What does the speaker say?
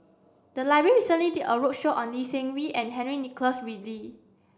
the library recently did a roadshow on Lee Seng Wee and Henry Nicholas Ridley